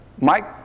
Mike